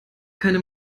keine